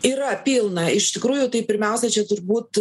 yra pilna iš tikrųjų tai pirmiausia čia turbūt